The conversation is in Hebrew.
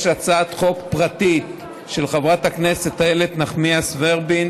יש הצעת חוק פרטית של חברת הכנסת איילת נחמיאס ורבין,